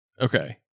Okay